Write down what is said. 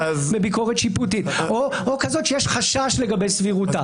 מביקורת שיפוטית או כזאת שיש חשש לגבי סבירותה.